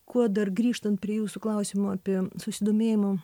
kuo dar grįžtant prie jūsų klausimo apie susidomėjimo